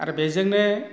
आरो बेजोंनो